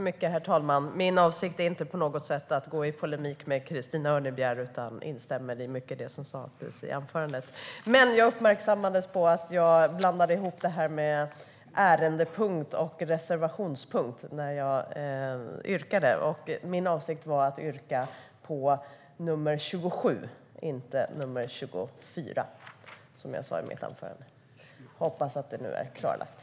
Herr talman! Min avsikt är inte att gå i polemik med Christina Örnebjär, utan jag instämmer i mycket av det som sas i anförandet. Men jag blev uppmärksammad på att jag blandade ihop ärendepunkt och reservationspunkt när jag yrkade. Min avsikt var att yrka på nr 27, inte nr 24. Hoppas att det nu är klarlagt.